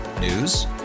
News